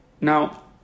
Now